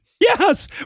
Yes